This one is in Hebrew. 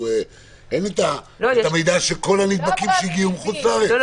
אין את המידע שכל הנדבקים שהגיעו מחוץ לארץ --- לא,